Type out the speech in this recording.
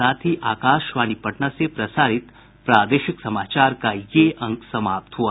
इसके साथ ही आकाशवाणी पटना से प्रसारित प्रादेशिक समाचार का ये अंक समाप्त हुआ